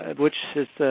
and which so is the